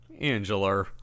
Angela